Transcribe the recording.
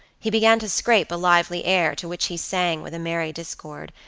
he began to scrape a lively air to which he sang with a merry discord,